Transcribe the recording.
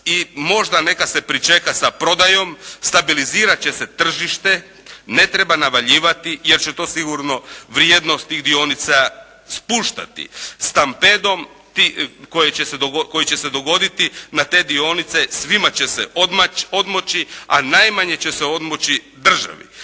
možda neka se pričeka sa prodajom, stabilizirati će se tržište, ne treba navaljivati jer će to sigurno vrijednost tih dionica spuštati stampedom koji će se dogoditi na te dionice, svima će se odmoći, a najmanje će se odmoći državi.